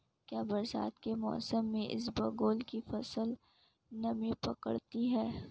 क्या बरसात के मौसम में इसबगोल की फसल नमी पकड़ती है?